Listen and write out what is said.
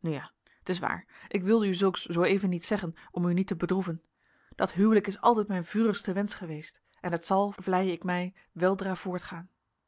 nu ja t is waar ik wilde u zulks zooeven niet zeggen om u niet te bedroeven dat huwelijk is altijd mijn vurigste wensch geweest en het zal vleie ik mij weldra voortgaan